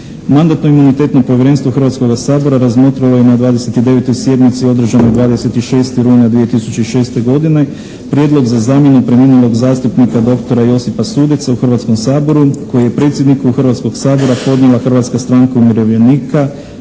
Mandatno-imunitetno povjerenstvo Hrvatskoga sabora razmotrilo je na 29. sjednici održanoj 26. rujna 2006. godine prijedlog za zamjenu preminulog zastupnika doktora Josipa Sudeca u Hrvatskom saboru koji je predsjedniku Hrvatskog sabora podnijela Hrvatska stranka umirovljenika